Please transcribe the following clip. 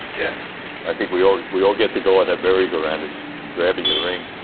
yeah i think we all we all get to go on a merry-go-round as grabbing the ring